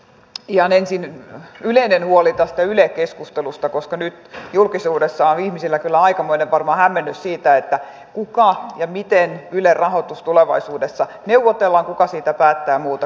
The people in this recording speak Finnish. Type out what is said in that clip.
ihan ensin yleinen huoli tästä yle keskustelusta koska nyt julkisuudessa on ihmisillä kyllä varmaan aikamoinen hämmennys siitä miten ylen rahoitus tulevaisuudessa neuvotellaan kuka siitä päättää ja muuta